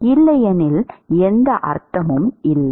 இல்லையெனில் எந்த அர்த்தமும் இல்லை